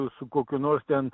su kokiu nors ten